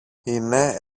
είναι